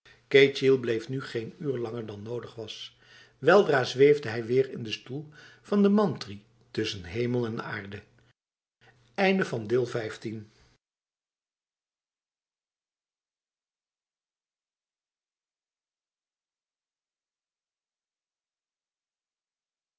ketjil bleef nu geen uur langer dan nodig was weldra zweefde hij weer in de stoel van de mantri tussen hemel en aarde